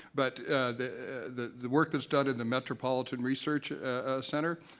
but the the work that is done in the metropolitan research center,